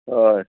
हय